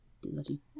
Bloody